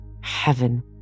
heaven